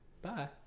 Bye